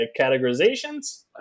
categorizations